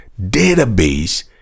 database